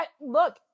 look –